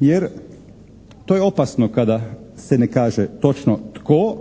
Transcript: jer to je opasno kada se ne kaže točno tko